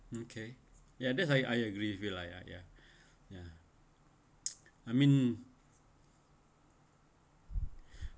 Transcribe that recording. mm okay ya that's I I agree with you lah ya ya ya I mean